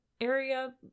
area